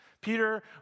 Peter